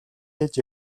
хийж